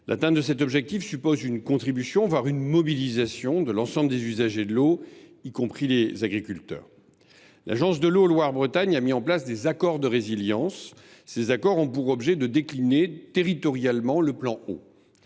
L’atteinte de cet objectif suppose une contribution, voire une mobilisation de l’ensemble des usagers de l’eau, y compris des agriculteurs. L’agence de l’eau Loire Bretagne a mis en place des accords de résilience, qui ont pour objet de décliner territorialement le plan Eau.